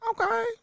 okay